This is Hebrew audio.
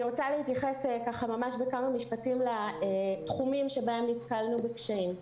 אני רוצה להתייחס בכמה משפטים לתחומים שבהם נתקלנו בקשיים.